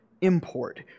import